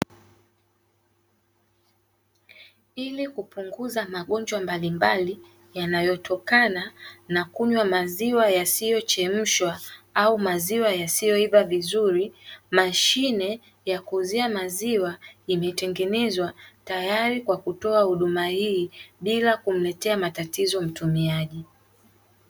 Ili kupunguza magojwa mbalimbali yanayotokana na kunywa maziwa yasiyochemshwa au maziwa yasiyoiva vizuri, mashine ya kuuzia maziwa imetengenezwa tayari kwa kutoa huduma hii bila kumletea matatizo mtumiaji.